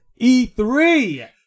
E3